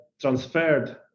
transferred